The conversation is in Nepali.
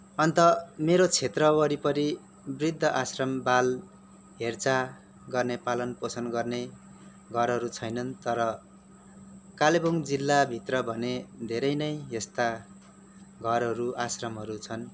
अन्त मेरो क्षेत्र वरिपरि वृद्ध आश्रम बाल हेरचाह गर्ने पालन पोषण गर्ने घरहरू छैनन् तर कालेबुङ जिल्लाभित्र भने धेरै नै यस्ता घरहरू आश्रमहरू छन्